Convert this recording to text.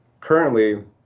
currently